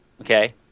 Okay